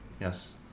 Yes